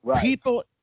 people